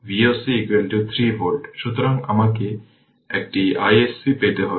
সুতরাং আমাকে একটি iSC পেতে হবে